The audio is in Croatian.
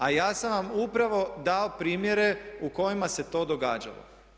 A ja sam vam upravo dao primjere u kojima se to događalo.